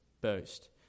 boast